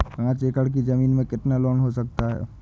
पाँच एकड़ की ज़मीन में कितना लोन हो सकता है?